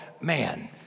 man